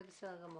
זה בסדר גמור.